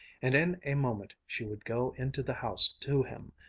and in a moment she would go into the house to him.